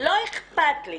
לא אכפת לי